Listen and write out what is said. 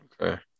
Okay